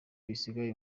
bisigaye